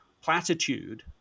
platitude